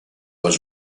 was